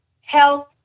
health